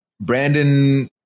Brandon